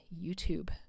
YouTube